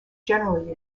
generally